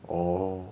orh